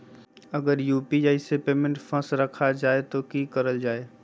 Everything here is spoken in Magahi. अगर यू.पी.आई से पेमेंट फस रखा जाए तो की करल जाए?